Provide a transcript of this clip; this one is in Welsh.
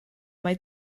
mai